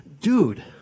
dude